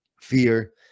fear